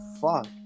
fuck